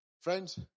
Friends